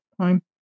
time